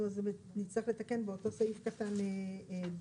נצטרך לתקן באותו סעיף קטן ד',